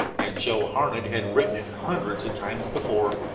and joe harned had written it hundreds of times before,